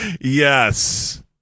Yes